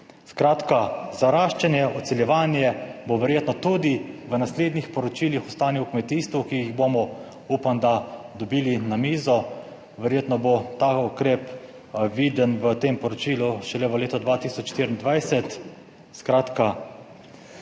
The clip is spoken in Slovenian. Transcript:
zaraščanje, odseljevanje bo verjetno tudi v naslednjih poročilih o stanju v kmetijstvu, ki jih bomo, upam, da dobili na mizo. Verjetno bo ta ukrep viden v tem poročilu šele v letu 2024,